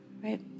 right